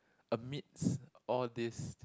amidst all these